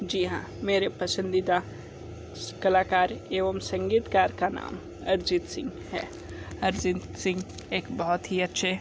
जी हाँ मेरे पसंदीदा कलाकार एवं संगीतकार का नाम अरिजीत सिंह है अरिजीत सिंह एक बहुत ही अच्छे